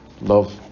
love